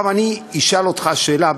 אני אשאל אותך שאלה,